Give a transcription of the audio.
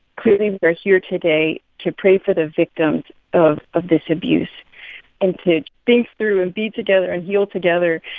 clearly, we are here today to pray for the victims of of this abuse and to think through and be together and heal together